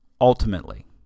Ultimately